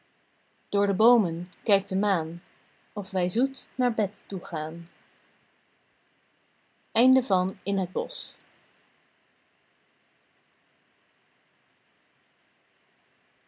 door de boomen kijkt de maan of wij zoet naar bed toe gaan